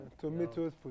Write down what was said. Tomatoes